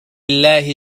الله